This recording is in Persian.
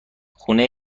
خونه